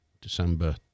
December